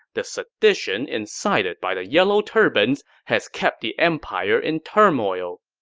the sedition incited by the yellow turbans has kept the empire in turmoil.